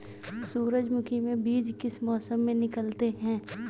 सूरजमुखी में बीज किस मौसम में निकलते हैं?